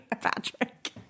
patrick